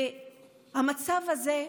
במצב הזה,